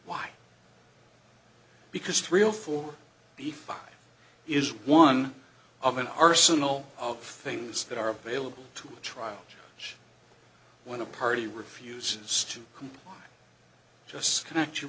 why because three of four the five is one of an arsenal of things that are available to trial judge when a party refuses to comply just connect you